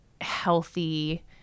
healthy